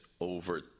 over